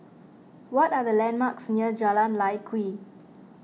what are the landmarks near Jalan Lye Kwee